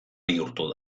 bihurtu